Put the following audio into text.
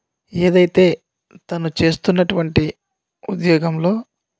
ఏది అయితే తను చేస్తున్న అటువంటి ఉద్యోగంలో